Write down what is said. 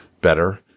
better